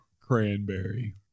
cranberry